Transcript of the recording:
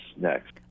next